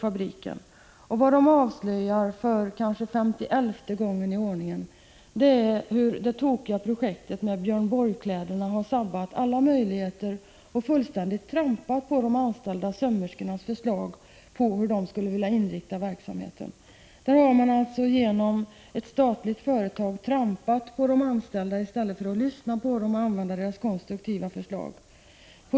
Detta avslöjar för kanske femtioelfte gången hur det tokiga projektet med Björn Borg-kläderna har saboterat alla möjligheter och fullständigt trampat ned de anställda sömmerskornas förslag till inriktning av verksamheten. Ett statligt företag har alltså trampat på de anställda i stället för att lyssna på dem och använda deras konstruktiva förslag.